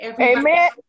Amen